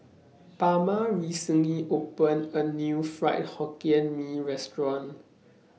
Bama recently opened A New Fried Hokkien Mee Restaurant